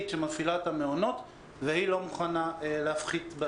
שמפעילה את המעונות והיא לא מוכנה להפחית בתשלום.